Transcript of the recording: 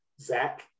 Zach